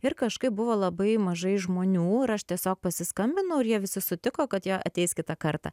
ir kažkaip buvo labai mažai žmonių ir aš tiesiog pasiskambinau ir jie visi sutiko kad jie ateis kitą kartą